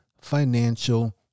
financial